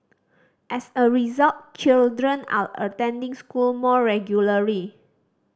as a result children are attending school more regularly